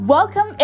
Welcome